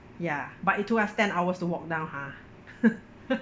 ya but it took us ten hours to walk down ha